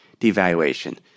devaluation